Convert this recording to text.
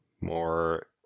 more